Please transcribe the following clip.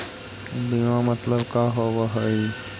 बीमा मतलब का होव हइ?